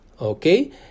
okay